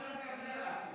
חוק ומשפט נתקבלה.